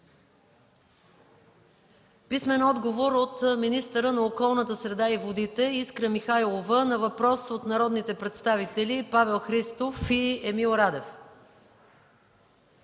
Нинова; - министъра на околната среда и водите Искра Михайлова на въпрос от народните представители Павел Христов и Емил Радев;